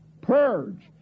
purge